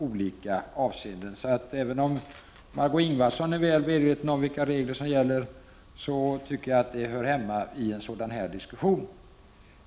Även om Margö Ingvardsson är väl medveten om vilka regler som gäller, tycker jag att en sådan redovisning hör hemma i den här diskussionen.